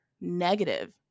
negative